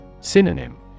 Synonym